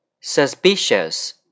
suspicious